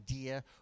idea